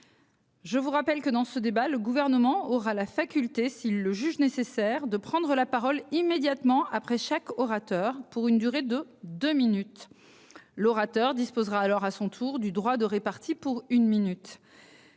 Je vous rappelle que dans ce débat, le gouvernement aura la faculté s'il le juge nécessaire de prendre la parole immédiatement après chaque orateur pour une durée de deux minutes. L'orateur disposera alors à son tour du droit de répartis pour une minute.